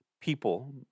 people